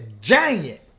giant